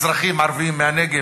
אזרחים ערבים מהנגב,